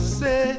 say